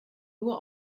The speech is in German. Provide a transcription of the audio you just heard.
nur